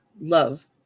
Love